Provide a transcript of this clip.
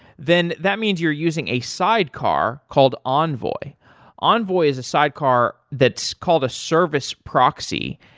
then that means you're using a sidecar called envoy envoy is a sidecar that's called a service proxy,